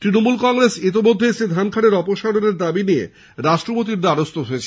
ত়ণমূল কংগ্রেস ইতমধ্যেই শ্রী ধনখড়ের অপসারণ নিয়ে রাষ্ট্রপতির দ্বারস্হ হয়েছে